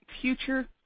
future